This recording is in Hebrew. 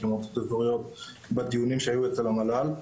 בדיונים שהיו במל"ל.